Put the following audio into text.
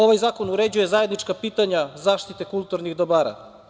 Ovaj zakon uređuje zajednička pitanja zaštite kulturnih dobara.